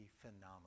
phenomenal